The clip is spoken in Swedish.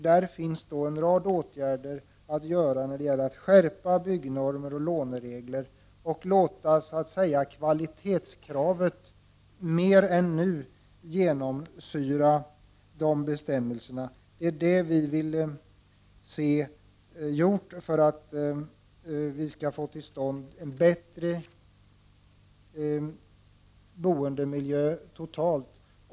Det finns därför en rad åtgärder som behöver vidtas för att skärpa byggnormer och låneregler. Man måste låta kvalitetskraven mer än vad som nu är fallet genomsyra dessa bestämmelser. Vi anser att detta måste ske för att man skall få till stånd en bättre boendemiljö totalt.